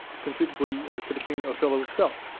conceivably could've seen othello itself,